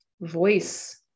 voice